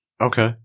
Okay